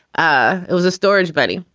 ah it was a storage bunny.